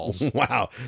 Wow